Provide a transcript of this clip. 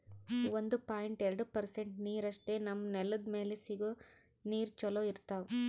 ಒಂದು ಪಾಯಿಂಟ್ ಎರಡು ಪರ್ಸೆಂಟ್ ನೀರಷ್ಟೇ ನಮ್ಮ್ ನೆಲ್ದ್ ಮ್ಯಾಲೆ ಸಿಗೋ ನೀರ್ ಚೊಲೋ ಇರ್ತಾವ